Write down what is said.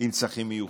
עם צרכים מיוחדים,